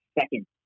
second